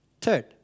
Third